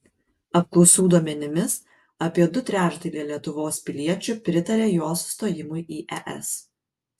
apklausų duomenimis apie du trečdaliai lietuvos piliečių pritaria jos stojimui į es